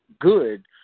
good